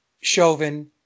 Chauvin